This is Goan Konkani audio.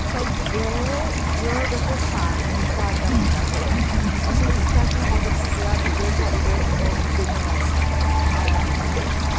सगळें जग अशें शांत आतां म्हज्या फुड्यान अशें दिसता की हांव तें चित्रां भितर सारकें मग्न आसा